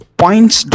points